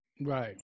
right